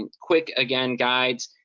and quick, again, guides,